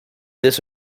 this